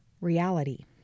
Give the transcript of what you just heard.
reality